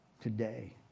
Today